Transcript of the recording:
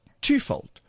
twofold